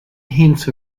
hints